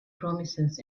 promises